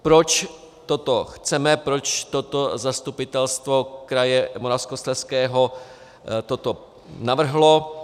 Proč toto chceme, proč toto zastupitelstvo kraje Moravskoslezského toto navrhlo.